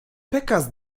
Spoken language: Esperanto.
pekas